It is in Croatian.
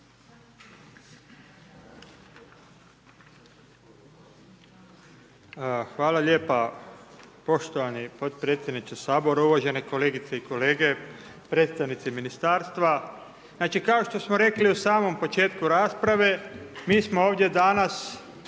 Hvala lijepa poštovani podpredsjedniče Sabora, uvažene kolegice i kolege, predstavnici Ministarstva. Znači kao što smo rekli u samom početku rasprave, mi smo ovdje danas